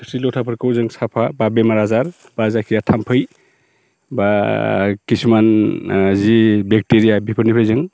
थोरसि लथाफोरखौ जों साफा बेमार आजार एबा जायखिजाया थाम्फै एबा किसुमान जि बेक्टेरिया बेफोरनिफ्राय जों